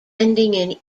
ending